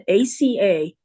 ACA